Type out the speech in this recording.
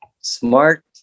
smart